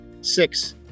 six